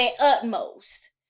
utmost